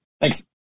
Thanks